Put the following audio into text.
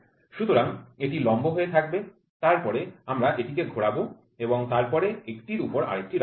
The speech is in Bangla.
সুতরাং এটি লম্ব হয়ে থাকবে তারপরে আমরা এটিকে ঘোরাব এবং তারপরে একটির উপর আরেকটি রাখব